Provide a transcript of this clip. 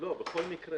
בכל מקרה,